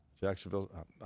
Jacksonville –